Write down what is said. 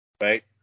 right